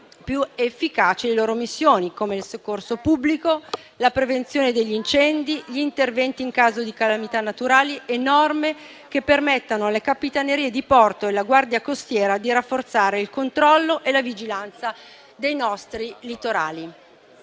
più efficaci le loro missioni come il soccorso pubblico, la prevenzione degli incendi, gli interventi in caso di calamità naturali, e norme che permettano alle Capitanerie di porto e alla Guardia costiera di rafforzare il controllo e la vigilanza dei nostri litorali.